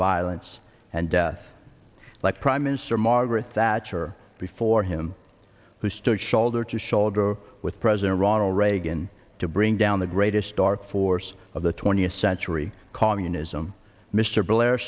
violence and death like prime minister margaret thatcher before him who stood shoulder to shoulder with president ronald reagan to bring down the greatest dark force of the twentieth century communism mr blair